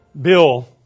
Bill